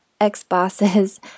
ex-bosses